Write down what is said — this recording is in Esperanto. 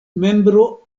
membro